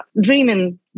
dreaming